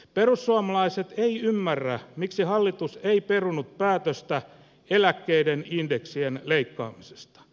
perussuomalaiset ei ymmärrä miksi hallitus ei perunut päätöstä eläkkeiden indeksien leikkaamisesta